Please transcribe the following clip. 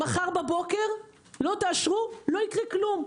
מחר בבוקר לא תאשרו, לא יקרה כלום.